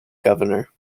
governor